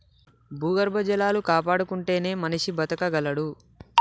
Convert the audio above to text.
భూగర్భ జలాలు కాపాడుకుంటేనే మనిషి బతకగలడు